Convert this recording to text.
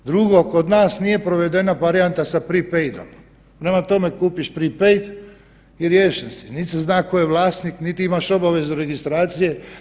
Drugo, kod nas nije provedena varijanta sa prepaide, prema tome kupiš prepaide i riješen si, nit se zna tko je vlasnik, nit imaš obavezu registracije.